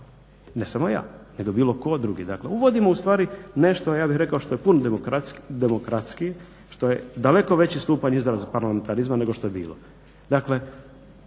ne samo ja nego bilo tko drugi. Dakle, uvodim nešto ja bih rekao što je puno demokratskije, što je daleko veliki stupanj izraz parlamentarizma nego što je bilo. Dakle,